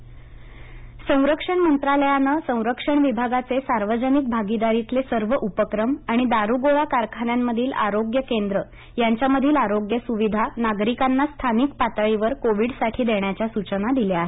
Rajnath Singh Covid संरक्षण मंत्रालयानं संरक्षण विभागाचे सार्वजनिक भागीदारीतले सर्व उपक्रम आणि दारूगोळा कारखान्यांमधील आरोग्य केंद्र यांच्यामधील आरोग्य सुविधा नागरिकांना स्थानिक पातळीवर कोविडसाठी देण्याच्या सुचना दिल्या आहेत